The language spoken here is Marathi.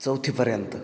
चौथीपर्यंत